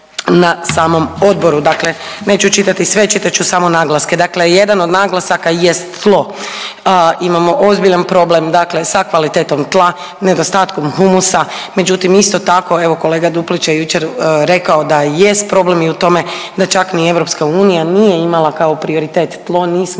na samom odboru, dakle neću čitati sve, čitat ću samo naglaske. Dakle jedan od naglasaka jest tlo. Imamo ozbiljan problem dakle sa kvalitetom tla, nedostatkom humusa, međutim isto tako evo kolega Duplić je jučer rekao da i jest problem i u tome da čak ni EU nije imala kao prioritet tlo, nismo